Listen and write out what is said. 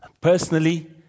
Personally